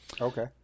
Okay